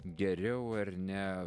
geriau ar ne